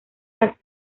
las